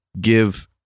give